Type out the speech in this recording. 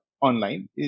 online